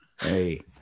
Hey